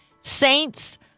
saints